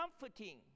comforting